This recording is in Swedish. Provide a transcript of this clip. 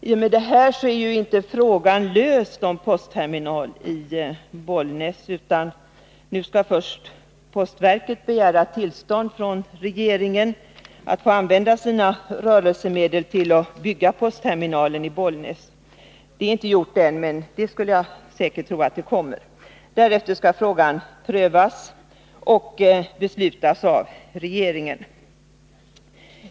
I och med detta är frågan om en postterminal i Bollnäs inte löst, utan nu skall postverket först begära tillstånd från regeringen att få använda sina rörelsemedel till att tidigarelägga bygget av denna postterminal. Det är inte gjort än, men jag tror säkert att det kommer att ske. Därefter skall regeringen pröva frågan och fatta beslut.